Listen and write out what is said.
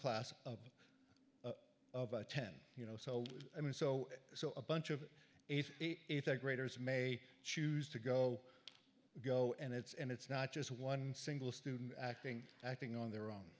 class of of ten you know so i mean so so a bunch of eighth graders may choose to go go and it's and it's not just one single student acting acting on their own